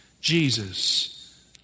Jesus